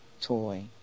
toy